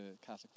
Catholic